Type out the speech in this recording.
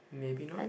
maybe not